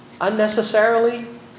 unnecessarily